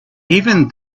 even